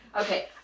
Okay